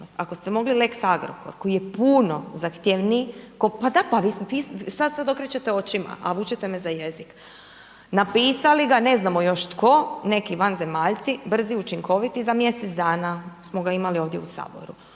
Ako ste mogli lex Agrokor koji je puno zahtjevniji, pa da, pa šta sad okrećete očima a vučete me za jezik, napisali ga ne znamo još tko neki vanzemaljci, brzi, učinkoviti za mjesec dana smo ga imali ovdje u Saboru.